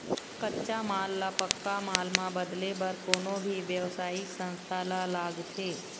कच्चा माल ल पक्का माल म बदले बर कोनो भी बेवसायिक संस्था ल लागथे